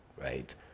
right